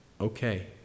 okay